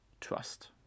Trust